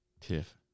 Tiff